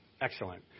Excellent